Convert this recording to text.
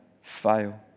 fail